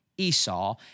Esau